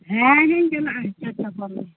ᱦᱮᱸ ᱦᱮᱧ ᱪᱟᱞᱟᱜᱼᱟ ᱪᱟᱨᱴᱟ ᱯᱚᱨᱮ ᱜᱮ